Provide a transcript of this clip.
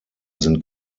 sind